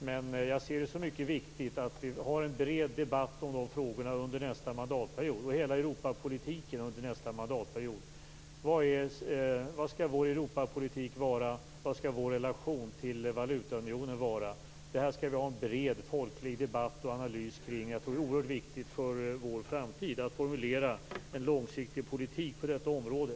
Men jag ser det som mycket viktigt att vi för en bred debatt om de frågorna, och om hela Europapolitiken, under nästa mandatperiod. Hur skall vår Europapolitik vara? Hur skall vår relation till valutaunionen vara? Detta skall vi föra en bred folklig debatt om och göra en bred analys av. Jag tror att det är oerhört viktigt för vår framtid att formulera en långsiktig politik på området.